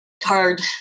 card